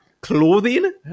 clothing